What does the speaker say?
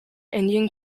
indian